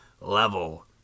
level